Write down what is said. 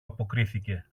αποκρίθηκε